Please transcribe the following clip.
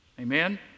Amen